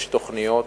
יש תוכניות